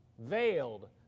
veiled